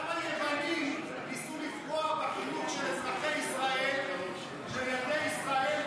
גם היוונים ניסו לפגוע בחינוך של אזרחי ישראל וילדי ישראל,